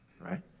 right